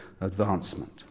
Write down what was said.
advancement